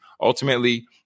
ultimately